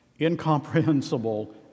incomprehensible